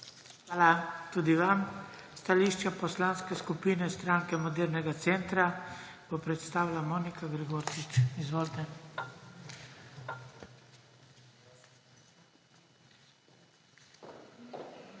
Hvala tudi vam. Stališča Poslanske skupine Stranke modernega centra bo predstavila Monika Gregorčič. Izvolite.